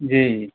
جی